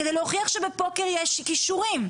כדי להוכיח שבפוקר יש כישורים.